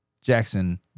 Jackson